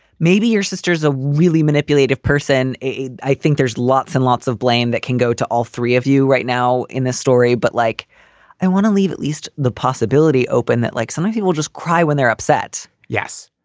maybe your sisters are ah really manipulative person a. i think there's lots and lots of blame that can go to all three of you right now in this story. but like i want to leave at least the possibility open that like somebody will just cry when they're upset yes.